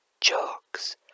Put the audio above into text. jokes